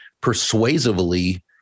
persuasively